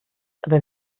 aber